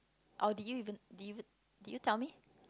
or did you even did you even did you tell me